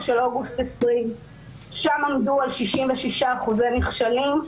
של אוגוסט 2020. שם עמדו על 66% נכשלים,